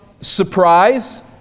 surprise